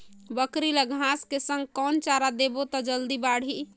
बकरी ल घांस के संग कौन चारा देबो त जल्दी बढाही?